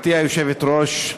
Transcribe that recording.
גברתי היושבת-ראש,